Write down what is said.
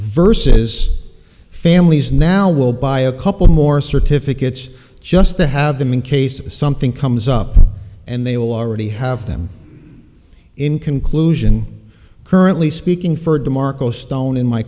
versus families now will buy a couple more certificates just to have them in case something comes up and they will already have them in conclusion currently speaking for demarco stone in my